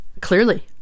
Clearly